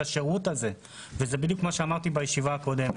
השירות הזה וזה בדיוק מה שאמרתי בישיבה הקודמת.